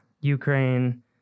Ukraine